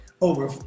over